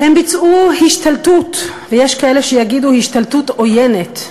הם ביצעו השתלטות, ויש כאלה שיגידו השתלטות עוינת,